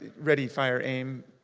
ready, fire, aim,